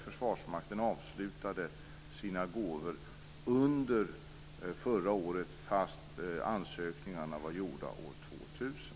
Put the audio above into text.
Försvarsmakten avslutade sina gåvor under förra året, fastän ansökningarna var gjorda under år 2000.